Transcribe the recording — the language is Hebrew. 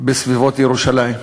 בסביבות ירושלים.